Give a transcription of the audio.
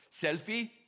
selfie